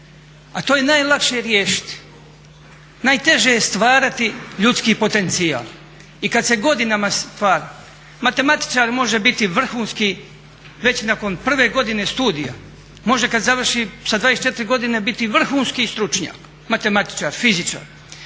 a to je najlakše riješiti. Najteže je stvarati ljudski potencijal. I kad se godinama stvara, matematičar može biti vrhunski već nakon prve godine studija. Može kad završi sa 24 godine biti vrhunski stručnjak, matematičar, fizičar.